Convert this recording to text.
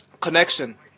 Connection